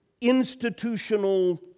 institutional